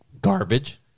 garbage